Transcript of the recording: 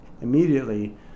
immediately